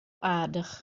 aardich